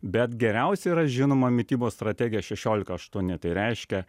bet geriausiai yra žinoma mitybos strategija šešiolika aštuoni tai reiškia